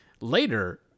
later